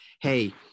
Hey